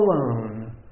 alone